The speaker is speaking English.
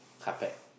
carpet